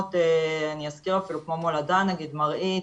מקומות כמו מולדה, מרעית,